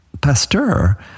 Pasteur